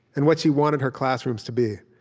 and what she wanted her classrooms to be.